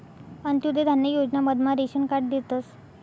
अंत्योदय धान्य योजना मधमा रेशन कार्ड देतस